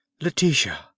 Letitia